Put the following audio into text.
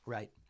Right